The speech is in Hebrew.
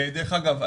דרך אגב,